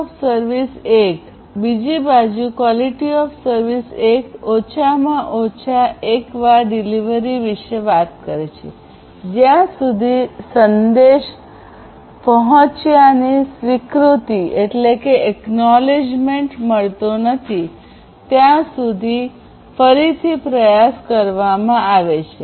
QoS 1 બીજી બાજુ QoS 1 ઓછામાં ઓછા એકવાર ડિલિવરી વિશે વાત કરે છે જ્યાં સુધી સંદેશ પહોંચ્યાની સ્વીકૃતિ મળતી નથી ત્યાં સુધી ફરીથી પ્રયાસ કરવામાં આવે છે